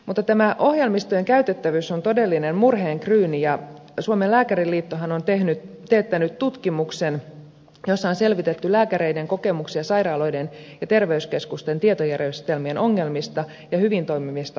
mutta tämä ohjelmistojen käytettävyys on todellinen murheenkryyni ja suomen lääkäriliittohan on teettänyt tutkimuksen jossa on selvitetty lääkäreiden kokemuksia sairaaloiden ja terveyskeskusten tietojärjestelmien ongelmista ja hyvin toimivista ominaisuuksista